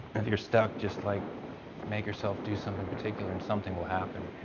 if you're stuck, just like make yourself do something particular and something will happen.